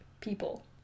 people